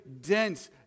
dense